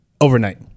overnight